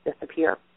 disappear